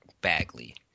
Bagley